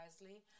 wisely